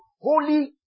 holy